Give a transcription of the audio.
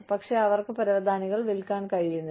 പക്ഷേ അവർക്ക് പരവതാനികൾ വിൽക്കാൻ കഴിയുന്നില്ല